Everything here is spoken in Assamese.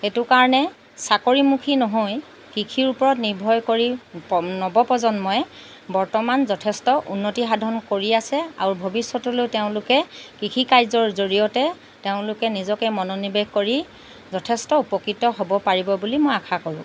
সেইটো কাৰণে চাকৰিমুখী নহৈ কৃষিৰ ওপৰত নিৰ্ভৰ কৰি নৱ প্ৰজন্মই বৰ্তমান যথেষ্ট উন্নতি সাধন কৰি আছে আৰু ভৱিষ্যতলৈ তেওঁলোকে কৃষিকাৰ্য্যৰ জৰিয়তে তেওঁলোকে নিজকে মনোনিৱেশ কৰি যথেষ্ট উপকৃত হ'ব পাৰিব বুলি মই অশা কৰোঁ